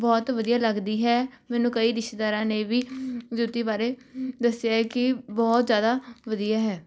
ਬਹੁਤ ਵਧੀਆ ਲੱਗਦੀ ਹੈ ਮੈਨੂੰ ਕਈ ਰਿਸ਼ਤੇਦਾਰਾਂ ਨੇ ਵੀ ਜੁੱਤੀ ਬਾਰੇ ਦੱਸਿਆ ਹੈ ਕਿ ਬਹੁਤ ਜ਼ਿਆਦਾ ਵਧੀਆ ਹੈ